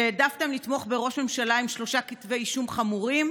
שהעדפתם לתמוך בראש ממשלה עם שלושה כתבי אישום חמורים,